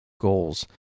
goals